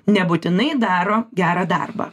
nebūtinai daro gerą darbą